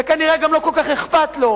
וכנראה לא כל כך אכפת לו.